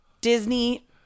disney